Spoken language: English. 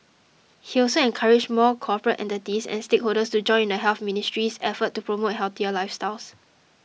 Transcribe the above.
he also encouraged more corporate entities and stakeholders to join in the Health Ministry's efforts to promote healthier lifestyles